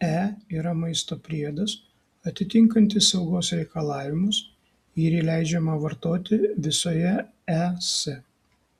e yra maisto priedas atitinkantis saugos reikalavimus ir jį leidžiama vartoti visoje es